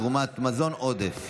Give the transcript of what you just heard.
תרומת מזון עודף)